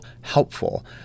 helpful